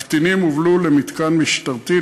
הקטינים הובלו למתקן משטרתי,